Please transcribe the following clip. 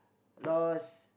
lost